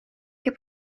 heb